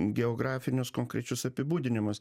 geografinius konkrečius apibūdinimus